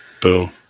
Boom